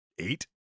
Eight